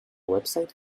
website